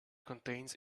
contains